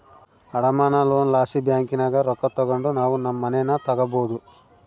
ಅಡಮಾನ ಲೋನ್ ಲಾಸಿ ಬ್ಯಾಂಕಿನಾಗ ರೊಕ್ಕ ತಗಂಡು ನಾವು ನಮ್ ಮನೇನ ತಗಬೋದು